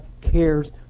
cares